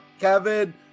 kevin